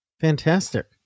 Fantastic